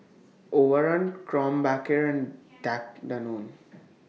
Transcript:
Overrun Krombacher and Danone